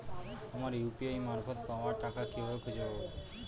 আমার ইউ.পি.আই মারফত পাওয়া টাকা কিভাবে খুঁজে পাব?